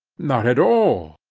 not at all.